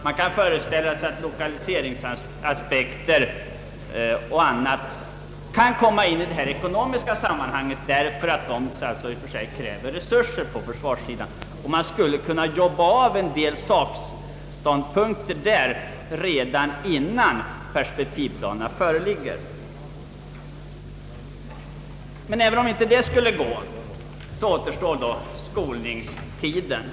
Man kan föreställa sig att lokaliseringsaspekter och annat kan komma in i detta ekonomiska sammanhang därför att de i och för sig kräver resurser på försvarssidan. Man borde kunna ”jobba av” en del ståndpunkter där redan innan perspektivplanerna föreligger. Så återstår skolningstiden.